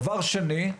דבר שני,